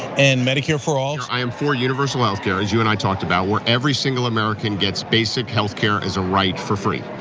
and medicare for all? i am for universal health care, as you and i talked about, where every single american gets basic health care as a right, for free.